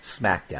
SmackDown